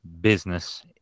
business